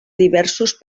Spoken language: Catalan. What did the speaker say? diversos